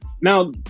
Now